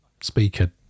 speaker